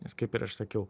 nes kaip ir aš sakiau